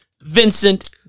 Vincent